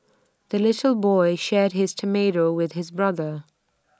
the little boy shared his tomato with his brother